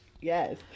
yes